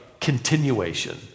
continuation